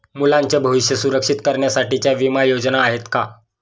मुलांचे भविष्य सुरक्षित करण्यासाठीच्या विमा योजना आहेत का?